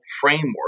framework